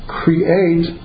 create